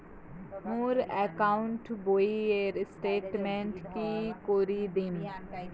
মোর account বইয়ের statement কি করি দেখিম?